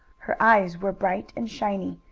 her eyes were bright and shiny,